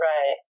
Right